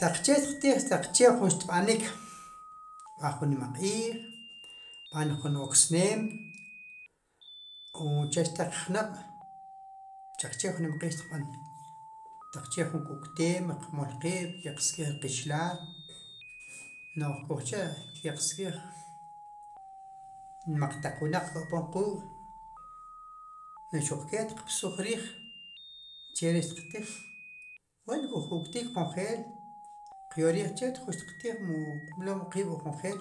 Taq che xtiq tiij, taq che jun xtb'anik, xtb'an jun nimaq'iij, xtb'an jun oksneem, uche xtel qjnob' xaq che jun nima q'iij xtiqb'an, taq che jun ku'kteem, qmol qiib'kiq sk'ij ri qichilaal, no'j kuj cha'ki'qsk'iij, nmaq taq wnaq kpom quuk' no'j xuqkee xtiq b'suj riij, che ri xtiqtiij, wen kuj ku'ktik konjeel, qyool riij chet jun xtiqtiij, wu ujqmlom qiib'uj konjeel,